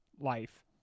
life